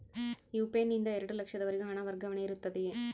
UPI ನಿಂದ ಎರಡು ಲಕ್ಷದವರೆಗೂ ಹಣ ವರ್ಗಾವಣೆ ಇರುತ್ತದೆಯೇ?